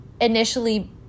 initially